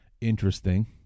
Interesting